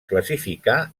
classificà